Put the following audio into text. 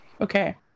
okay